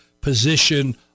position